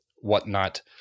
whatnot